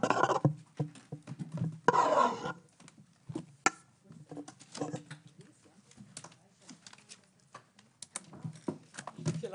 הישיבה